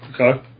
Okay